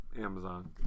Amazon